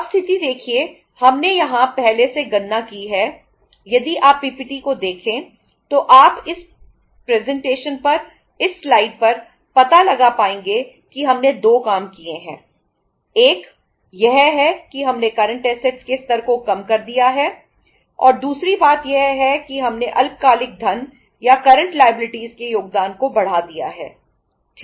अब स्थिति देखिए हमने यहां पहले से गणना की है यदि आप पीपीटी के योगदान को बढ़ा दिया है ठीक है